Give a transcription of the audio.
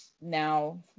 now